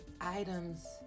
items